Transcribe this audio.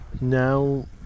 now